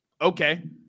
okay